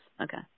Okay